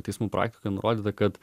teismų praktikoj nurodyta kad